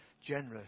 generous